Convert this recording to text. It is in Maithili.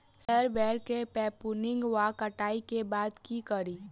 सेब बेर केँ प्रूनिंग वा कटाई केँ बाद की करि?